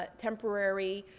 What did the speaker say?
ah temporary,